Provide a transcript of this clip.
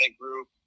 group